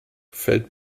fällt